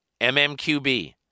mmqb